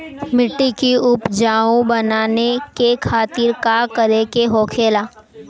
मिट्टी की उपजाऊ बनाने के खातिर का करके होखेला?